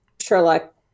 Sherlock